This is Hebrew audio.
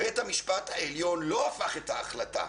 בית המשפט העליון לא הפך את ההחלטה,